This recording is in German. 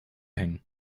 hängen